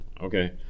Okay